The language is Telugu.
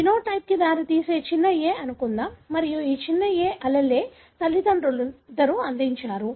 సమలక్షణానికి దారితీసే చిన్న a అనుకుందాం మరియు ఈ చిన్న a allele తల్లిదండ్రులిద్దరూ అందించారు